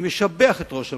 אני משבח את ראש הממשלה,